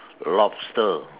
lobster